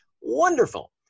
wonderful